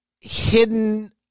hidden